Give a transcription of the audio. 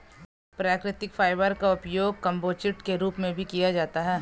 प्राकृतिक फाइबर का उपयोग कंपोजिट के रूप में भी किया जाता है